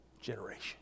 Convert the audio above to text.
generation